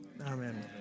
Amen